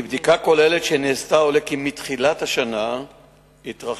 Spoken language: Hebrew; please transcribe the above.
מבדיקה כוללת שנעשתה עולה כי מתחילת השנה התרחשו